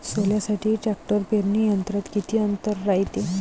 सोल्यासाठी ट्रॅक्टर पेरणी यंत्रात किती अंतर रायते?